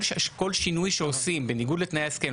כל שינוי שעושים בניגוד לתנאי ההסכם,